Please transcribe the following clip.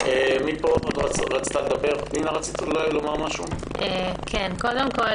קודם כול,